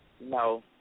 No